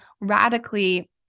radically